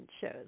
shows